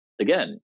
again